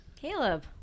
Caleb